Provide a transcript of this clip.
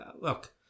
look